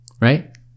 Right